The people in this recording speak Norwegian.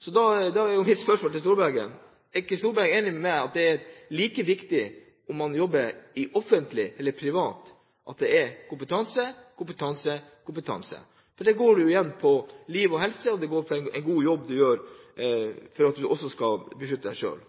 Så da er mitt spørsmål til Storberget: Er ikke Storberget enig med meg i at det er like viktig om man jobber i det offentlige eller i det private, at det er kompetanse, kompetanse, kompetanse? For det går igjen på liv og helse, og det går på at du gjør en god jobb for at du også skal beskytte deg